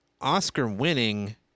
Oscar-winning